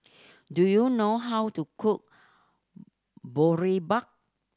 do you know how to cook Boribap